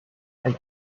and